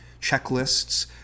checklists